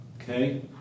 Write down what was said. Okay